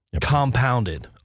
compounded